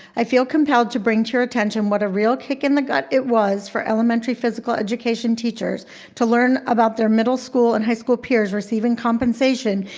i feel compelled to bring to your attention what real kick in the gut it was for elementary physical education teachers to learn about their middle school and high school peers receiving compensation,